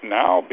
now